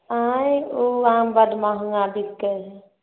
अँए ओ आम बड्ड महगा बिकै हइ